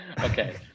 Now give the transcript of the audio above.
Okay